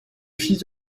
fils